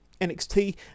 nxt